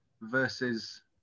versus